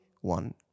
one